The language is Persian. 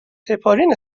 هپارین